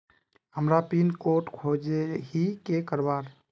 हमार pin code खोजोही की करवार?